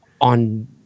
on